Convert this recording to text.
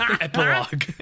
Epilogue